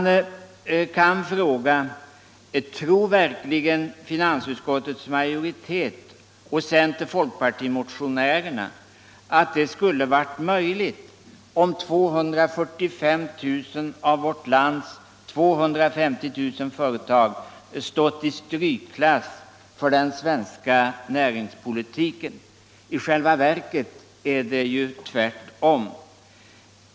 Tror verkligen finansutskottets majoritet och centeroch folkpartimotionärerna att detta skulle ha varit möjligt om 245 000 av vårt lands 250 000 företag stått i strykklass för den svenska näringspolitiken? I själva verket är det ju tvärtom.